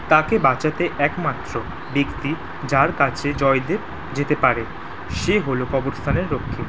তাকে বাঁচাতে একমাত্র ব্যক্তি যার কাছে জয়দেব যেতে পারে সে হলো কবরস্থানের রক্ষী